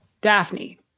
Daphne